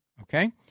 Okay